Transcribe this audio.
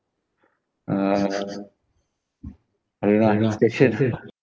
uh I don't know ah special ah